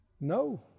No